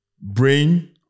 brain